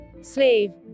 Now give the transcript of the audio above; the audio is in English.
Slave